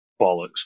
Bollocks